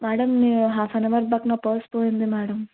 madam half an hour back నా purse పోయింది madam